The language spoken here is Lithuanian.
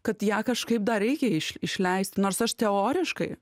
kad ją kažkaip dar reikia iš išleisti nors aš teoriškai